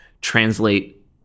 translate